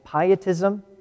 Pietism